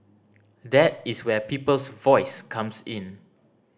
that is where Peoples Voice comes in